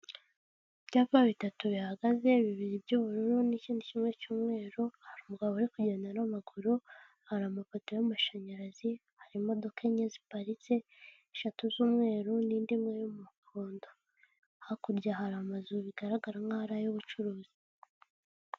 Ibyapa bitatu bihagaze bibiri by'ubururu n'ikindi kimwe cy'umweru, hari umugabo uri kugenda n'amaguru, hari amapoto y'amashanyarazi, hari imodoka enye ziparitse, eshatu z'umweru n'indi muri y'umuhondo, hakurya hari amazu bigaragara nkaho ari ay'ubucuruzi.